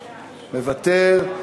מוותר.